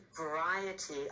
variety